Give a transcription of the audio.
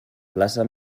plaça